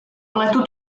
pletu